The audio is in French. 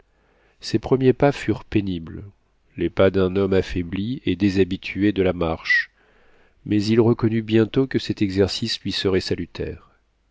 ses premiers pas furent pénibles les pas d'un homme affaibli et déshabitué de la marche mais il reconnut bientôt que cet exercice lui serait salutaire